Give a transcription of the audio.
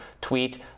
tweet